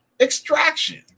Extraction